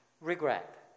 regret